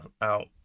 out